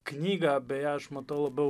knygą beje aš matau labiau